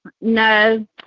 No